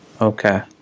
Okay